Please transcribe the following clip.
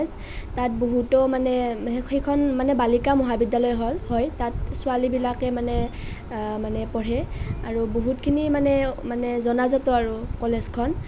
তাত বহুতো মানে সেইখন মানে বালিকা মহাবিদ্যালয় হল হয় তাত ছোৱালীবিলাকে মানে মানে পঢ়ে আৰু বহুতখিনি মানে মানে জনাজাত আৰু কলেজখন